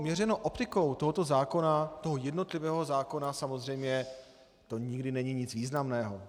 Měřeno optikou tohoto zákona, toho jednotlivého zákona samozřejmě, to nikdy není nic významného.